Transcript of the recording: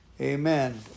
Amen